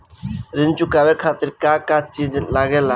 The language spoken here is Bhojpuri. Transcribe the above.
ऋण चुकावे के खातिर का का चिज लागेला?